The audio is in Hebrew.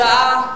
חדשות בשבילך,